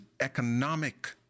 economic